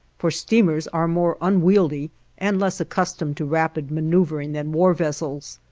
for steamers are more unwieldy and less accustomed to rapid maneuvering than war vessels.